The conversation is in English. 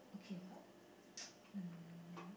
okay what mm